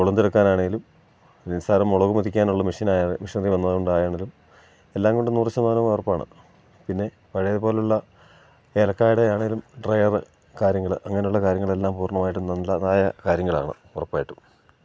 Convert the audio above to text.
കൊളുന്തെടുക്കാനാണേലും നിസാരം മുളക് മെതിക്കാനുള്ള മെഷിനായാൽ മെഷിനറി വന്ന് കൊണ്ട് ആണേലും എല്ലാം കൊണ്ടും നൂറ് ശതമാനവും ഉറപ്പാണ് പിന്നെ പഴയ പോലുള്ള ഏലക്കാടെയാണേലും ഡ്രയറ് കാര്യങ്ങള് അങ്ങനെ ഉള്ള കാര്യങ്ങളെല്ലാം പൂർണ്ണമായിട്ടും നല്ലതായ കാര്യങ്ങളാണ് ഉറപ്പായിട്ടും